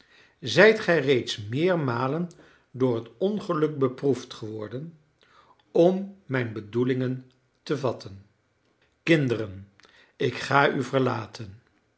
zijt gij reeds meermalen door het ongeluk beproefd geworden om mijn bedoelingen te vatten kinderen ik ga u verlaten